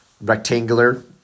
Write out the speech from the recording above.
rectangular